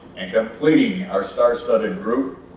and completing our star-studded group,